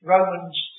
Romans